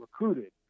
recruited